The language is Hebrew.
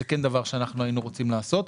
זה כן דבר שהיינו רוצים לעשות.